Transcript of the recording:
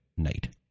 night